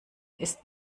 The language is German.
ist